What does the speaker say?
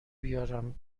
بیارم